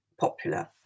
popular